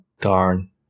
Darn